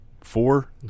four